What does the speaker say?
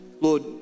Lord